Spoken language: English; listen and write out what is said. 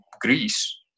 Greece